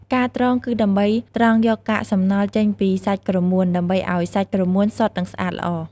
ការត្រង គឺដើម្បីត្រង់យកកាកសំណល់ចេញពីសាច់ក្រមួន ដើម្បីឲ្យសាច់ក្រមួនសុទ្ធនឹងស្អាតល្អ។